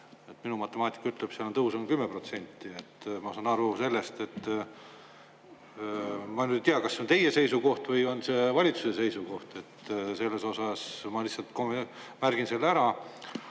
Minu matemaatika ütleb, et seal on tõus 10%. Ma saan sellest nii aru. Ma nüüd ei tea, kas see on teie seisukoht või on see valitsuse seisukoht. Ma lihtsalt märgin selle ära.